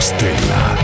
Stella